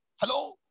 Hello